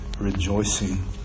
rejoicing